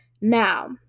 Now